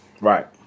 right